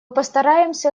постараемся